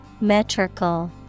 Metrical